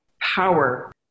power